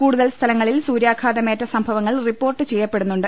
കൂടുതൽ സ്ഥലങ്ങളിൽ സൂര്യാഘാതമേറ്റ സംഭവങ്ങൾ റിപ്പോർട്ട് ചെയ്യപ്പെടുന്നുണ്ട്